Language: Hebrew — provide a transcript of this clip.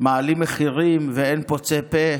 מעלים מחירים, ואין פוצה פה.